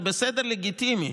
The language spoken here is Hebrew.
זה בסדר, לגיטימי.